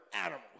animals